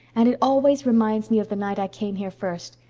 and it always reminds me of the night i came here first.